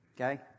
okay